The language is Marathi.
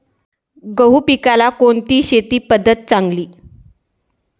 गहू पिकाला कोणती शेती पद्धत चांगली?